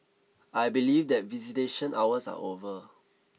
I believe that visitation hours are over